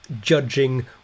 judging